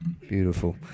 Beautiful